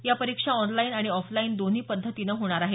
या परीक्षा ऑनलाइन आणि ऑफलाईन दोन्ही पद्धतीनं होणार आहे